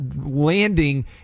landing